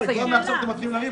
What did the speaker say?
החולים.